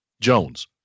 Jones